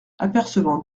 apercevant